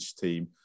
team